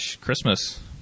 Christmas